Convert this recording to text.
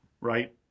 right